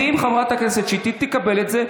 ואם חברת הכנסת שטרית תקבל אותה,